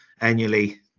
annually